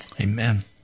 Amen